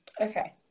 Okay